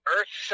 Earth